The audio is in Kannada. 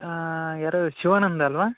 ಹಾಂ ಯಾರು ಶಿವಾನಂದ ಅಲ್ಲವಾ